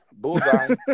bullseye